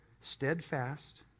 steadfast